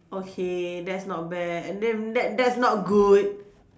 okay that's not bad and damn that that's not good